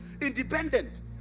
independent